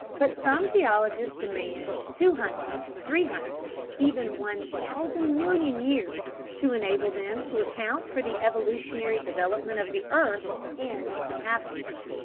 but some geologists demand two hundred, three hundred, even one thousand million years to enable them to account for the evolutionary development of the earth and its inhabitants.